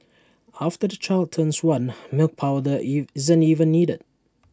after the child turns one milk powder if isn't even needed